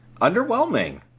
Underwhelming